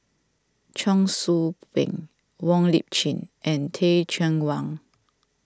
Cheong Soo Pieng Wong Lip Chin and Teh Cheang Wan